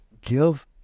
give